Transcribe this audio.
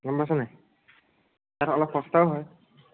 গম পাইছনে নাই তাত অলপ সস্তাও হয়